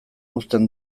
uzten